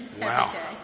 Wow